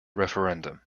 referendum